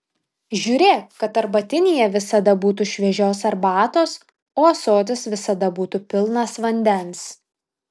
žiūrėk kad arbatinyje visada būtų šviežios arbatos o ąsotis visada būtų pilnas vandens